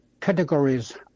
categories